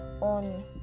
on